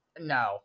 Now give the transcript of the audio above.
no